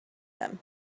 them